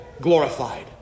glorified